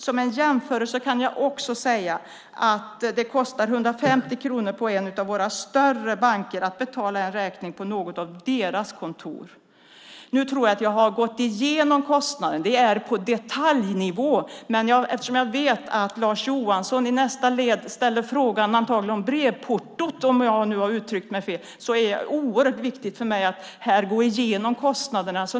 Som en jämförelse kan jag också säga att det på en av våra större banker kostar 150 kronor att betala en räkning på något av deras kontor. Nu tror jag att jag har gått igenom kostnaderna. Det är på detaljnivå. Eftersom Lars Johansson i nästa led antagligen ställer frågor om brevportot, om jag nu har uttryckt mig fel, är det oerhört viktigt för mig att här gå igenom kostnaderna.